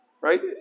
right